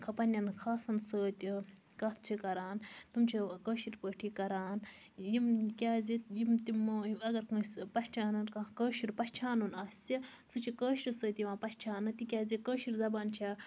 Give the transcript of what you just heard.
پَںٕنین خاصن سۭتۍ کَتھ چھِ کران تِم چھِ کٲشِر پٲٹھی کران یِم کیازِ یِم تِم اَگر کٲنسہِ پَہچانان کانہہ کٲشُر پَہچانُن آسہِ سُہ چھُ کٲشرِس سۭتۍ یِوان پَہچاننہٕ تِکیازِ کٲشِر زَبان چھےٚ